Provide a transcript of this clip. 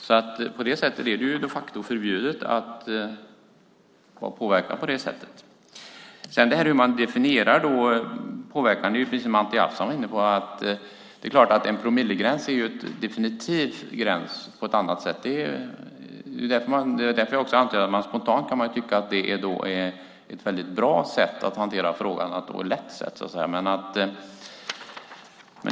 På det sättet är det de facto förbjudet att vara påverkad. Hur man definierar påverkan är en annan fråga, som Anti Avsan var inne på. En promillegräns är en definitiv gräns på ett annat sätt. Spontant kan man tycka att det är ett väldigt bra och lätt sätt att hantera frågan.